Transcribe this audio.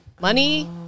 money